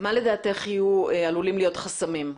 מה לדעתך עלולים להיות חסמים?